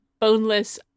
boneless